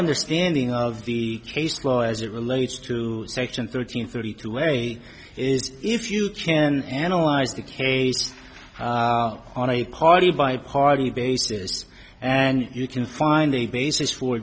understanding of the case law as it relates to section thirteen thirty two way is if you can analyze the case on a party by party basis and you can find a basis for